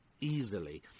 easily